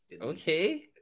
Okay